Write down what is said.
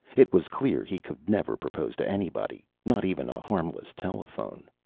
it was clear he could never propose to anybody, not even a harmless telephone.